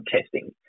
testing